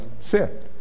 sit